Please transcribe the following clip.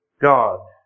God